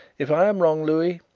if i am wrong, louis,